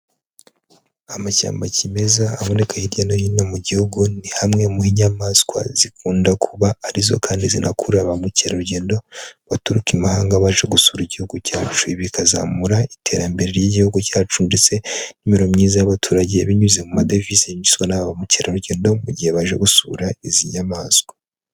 Amashyamba ya kimeza aboneka hirya no hino mu gihugu, ni hamwe mu ho inyamaswa zikunda kuba ari zo kandi zinakurura ba mukerarugendo, baturuka imahanga baje gusura igihugu cyacu. Ibi bikazamura iterambere ry'igihugu cyacu ndetse n'imirimo myiza y'abaturage binyuze mu madevize yinjizwa na ba mukerarugendo mu gihe baje gusura izi nyamaswa.